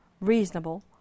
reasonable